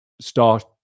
start